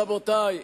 רבותי,